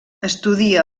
estudia